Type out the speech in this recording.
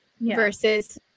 versus